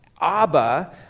Abba